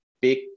big